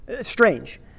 Strange